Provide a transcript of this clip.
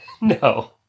No